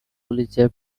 pulitzer